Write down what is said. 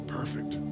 Perfect